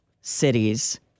cities